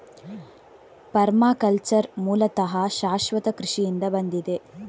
permaculture ಮೂಲತಃ ಶಾಶ್ವತ ಕೃಷಿಯಿಂದ ಬಂದಿದೆ